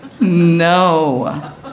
no